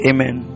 Amen